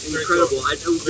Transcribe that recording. incredible